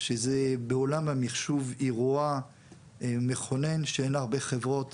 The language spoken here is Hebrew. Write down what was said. שזה בעולם המחשוב אירוע מכונן שאין הרבה חברות